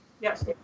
Yes